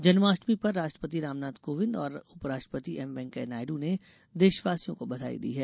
जन्माष्टमी पर राष्ट्रपति रामनाथ कोविंद और उपराष्ट्रपति एम वेंकैया नायडू ने देशवासियों को बधाई दी है